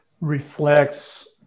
reflects